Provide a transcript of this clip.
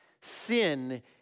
sin